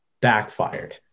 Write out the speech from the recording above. backfired